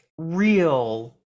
real